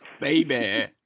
Baby